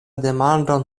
demandon